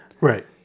Right